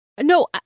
No